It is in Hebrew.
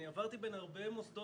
אני עברתי בין הרבה מוסדות.